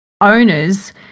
owners